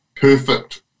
perfect